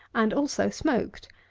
and also smoked,